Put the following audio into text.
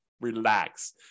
relax